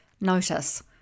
Notice